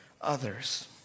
others